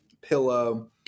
pillow